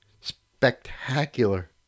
spectacular